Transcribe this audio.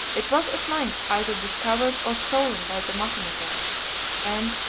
it was at length either discovered or stolen by the mahometans and,